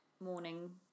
Morning